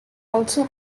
also